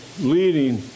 leading